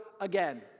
again